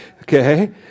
Okay